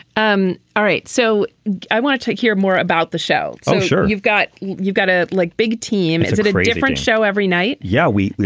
um all right. so i want to to hear more about the show. i'm sure you've got you've got a like big team very different show every night. yeah we.